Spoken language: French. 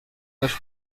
neuf